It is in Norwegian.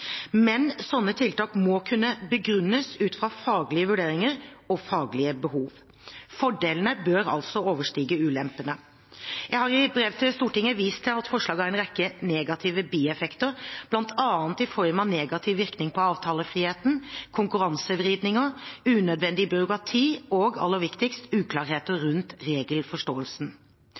Men slike tiltak må kunne begrunnes ut fra faglige vurderinger og faglige behov. Fordelene bør altså overstige ulempene. Jeg har i brev til Stortinget vist til at forslaget har en rekke negative bieffekter, bl.a. i form av negative virkninger på avtalefriheten, konkurransevridninger, unødvendig byråkrati og – aller viktigst – uklarheter rundt regelforståelsen.